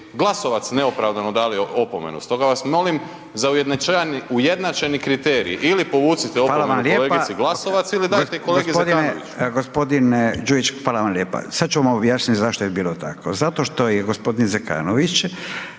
Glasovac neopravdano dali opomenu. Stoga vas molim za ujednačeni kriterij ili povucite opomenu kolegici Glasovac ili dajte kolegi Zekanoviću. **Radin, Furio (Nezavisni)** Hvala lijepa. Gospodine Đujić hvala vam lijepa. Sada ću vam objasniti zašto je bilo tako. Zato što je gospodin Zekanović